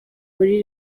muri